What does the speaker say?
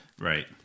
Right